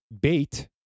bait